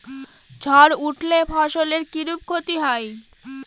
ঝড় উঠলে ফসলের কিরূপ ক্ষতি হয়?